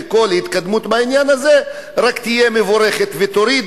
כל התקדמות בעניין הזה רק תהיה מבורכת ותוריד